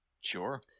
Sure